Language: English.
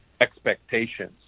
expectations